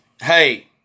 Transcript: hey